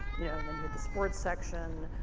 you know, and then you had the sports section.